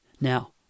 Now